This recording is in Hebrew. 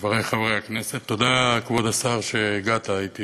חברי חברי הכנסת, תודה, כבוד השר, שהגעת, הייתי